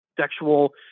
sexual